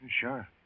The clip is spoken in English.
Sure